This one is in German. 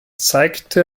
zeigte